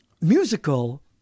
musical